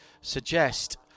suggest